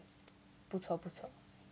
不错不错